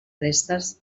restes